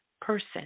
person